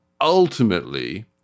ultimately